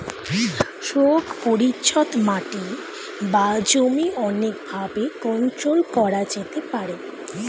শোক পরিচ্ছদ মাটি বা জমি অনেক ভাবে কন্ট্রোল করা যেতে পারে